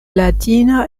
latina